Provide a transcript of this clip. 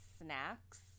snacks